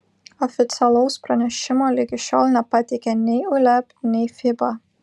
oficialaus pranešimo ligi šiol nepateikė nei uleb nei fiba